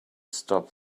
stop